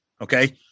Okay